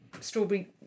strawberry